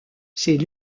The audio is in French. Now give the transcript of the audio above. c’est